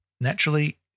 Naturally